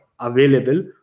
available